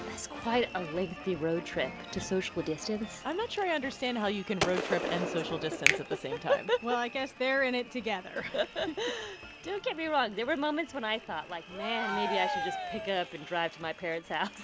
it's quite a lengthy road trip to social distance i'm not sure i understand how you can road trip and social distance at the same time well, i guess they're in it together don't get me wrong. there were moments when i thought, like, man, maybe i should just pick up and drive to my parents' house